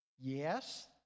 Yes